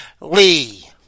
Lee